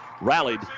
rallied